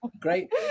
Great